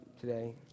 today